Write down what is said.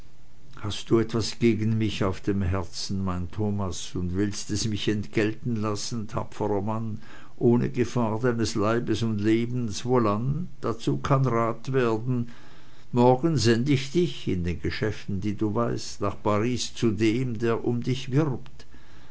hast du etwas gegen mich auf dem herzen mein thomas und willst es mich entgelten lassen tapferer mann ohne gefahr deines leibes und lebens wohlan dazu kann rat werden morgen send ich dich in den geschäften die du weißt nach paris zu dem der um dich wirbt